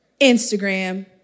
Instagram